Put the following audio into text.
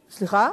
ולא עושה כלום.